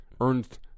earned